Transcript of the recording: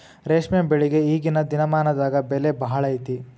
ರೇಶ್ಮೆ ಬೆಳಿಗೆ ಈಗೇನ ದಿನಮಾನದಾಗ ಬೆಲೆ ಭಾಳ ಐತಿ